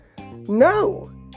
No